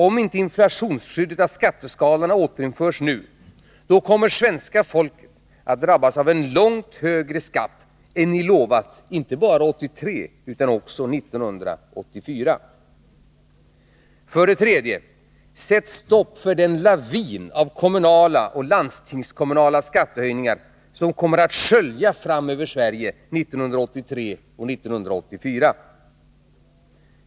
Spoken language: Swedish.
Om inte inflationsskyddet av skatteskalorna återinförs nu, kommer svenska folket att drabbas av en långt högre skatt än ni lovat inte bara 1983 utan också 1984. För det tredje: Sätt stopp för den lavin av kommunala och landstingskommunala skattehöjningar som kommer att skölja fram över Sverige 1983 och 1984!